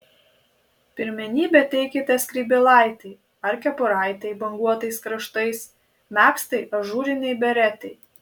pirmenybę teikite skrybėlaitei ar kepuraitei banguotais kraštais megztai ažūrinei beretei